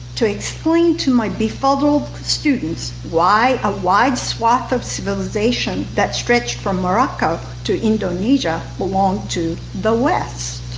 to explain to my befuddled students why a wide swath of civilization that stretched from morocco to indonesia belonged to the west.